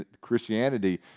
Christianity